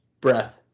breath